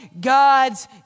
God's